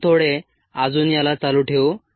आपण थोडे अजून याला चालू ठेवू